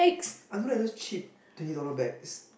I don't like those cheap twenty dollar bags